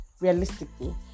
realistically